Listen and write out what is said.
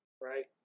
right